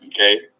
Okay